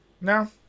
No